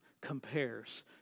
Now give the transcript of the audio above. compares